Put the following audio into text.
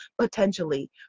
potentially